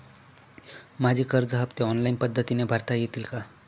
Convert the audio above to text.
माझे कर्ज हफ्ते ऑनलाईन पद्धतीने भरता येतील का?